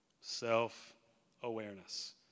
Self-awareness